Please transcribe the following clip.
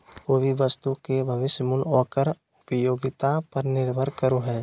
कोय भी वस्तु के भविष्य मूल्य ओकर उपयोगिता पर निर्भर करो हय